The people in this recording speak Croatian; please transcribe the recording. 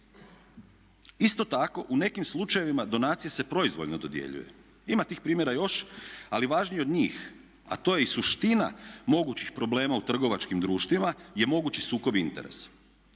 Isto tako, u nekim slučajevima donacije se proizvoljno dodjeljuje. Ima tih primjera još, ali važniji od njih a to je i suština mogućih problema u trgovačkim društvima je mogući sukob interesa.